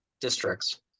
districts